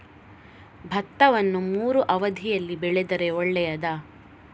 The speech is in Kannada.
ಭತ್ತವನ್ನು ಮೂರೂ ಅವಧಿಯಲ್ಲಿ ಬೆಳೆದರೆ ಒಳ್ಳೆಯದಾ?